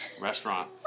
restaurant